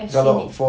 estimate